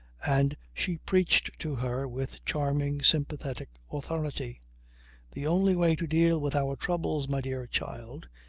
and she preached to her with charming, sympathetic authority the only way to deal with our troubles, my dear child,